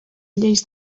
lleis